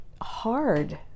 hard